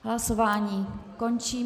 Hlasování končím.